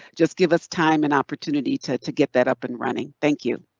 just give us time and opportunity to to get that up and running, thank you.